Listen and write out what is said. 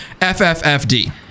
FFFD